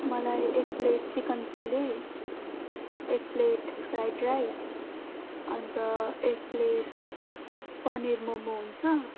मलाई एक plate chicken chilli एक प्लेट फ्राइड राइस अन्त एक प्लेट पनिर मम हुन्छ